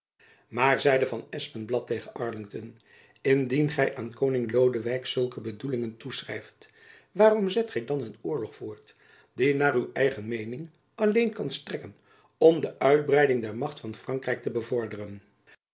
maar zeide van espenblad tegen arlington indien gy aan koning lodewijk zulke bedoelingen toeschrijft waarom zet gy dan een oorlog voort die naar uw eigen meening alleen kan strekken om de uitbreiding der macht van frankrijk te bevorderen